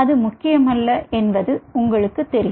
அது முக்கியமல்ல என்று உங்களுக்குத் தெரியும்